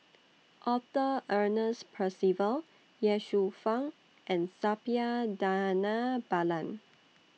Arthur Ernest Percival Ye Shufang and Suppiah Dhanabalan